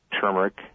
turmeric